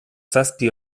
zazpi